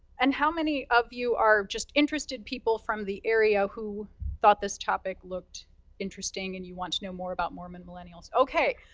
and how many of you are just interested people from the area, who thought this topic looked interesting, and you want to know more about mormon millennials? okay.